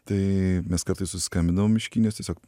tai mes kartais susiskambindavom iš kinijos tiesiog